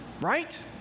right